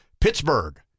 pittsburgh